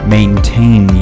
Maintain